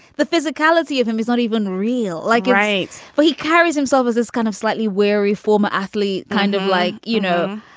the physicality of him is not even real. like. right but he carries himself as this kind of slightly wary former athlete, kind of like, you know.